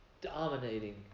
dominating